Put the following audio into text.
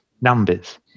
numbers